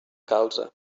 calze